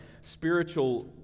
spiritual